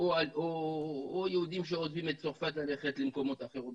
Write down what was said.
או יהודים שעוזבים את צרפת ללכת למקומות אחרים בעולם.